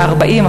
ה-40,